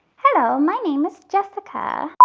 hello, my name is jessica.